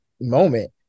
moment